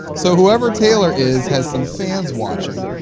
so, whoever taylor is has some fans watching.